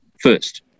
first